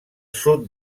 sud